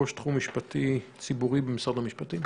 ראש תחום משפטי ציבורי במשרד המשפטים.